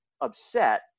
upset